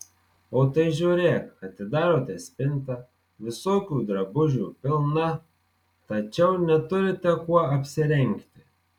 o tai žiūrėk atidarote spintą visokių drabužių pilna tačiau neturite kuo apsirengti